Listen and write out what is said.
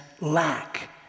lack